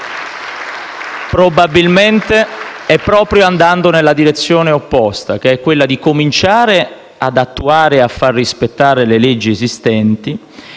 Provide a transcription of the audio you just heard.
consegue proprio andando nella direzione opposta, che è quella di cominciare ad attuare e far rispettare le leggi esistenti